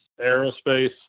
aerospace